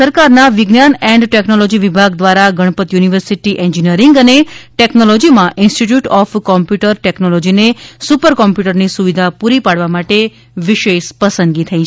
ગુજરાત સરકારના વિજ્ઞાન and technology વિભાગ દ્વારા ગણપત યુનિવર્સિટી એન્જિનિયરિંગ અને ટેકનોલોજીમાં ઇન્સ્ટિટ્યૂટ ઓફ કોમ્પ્યુટર ટેકનોલોજીને સુપર કોમ્પ્યુટરની સુવિધા પૂરી પાડવા માટે વિશેષ પસંદગી થઈ છે